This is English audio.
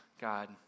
God